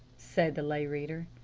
said the lay reader.